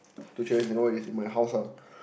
to travel in Singapore is in my house lah